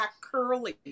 curly